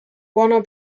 warner